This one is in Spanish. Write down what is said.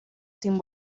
sin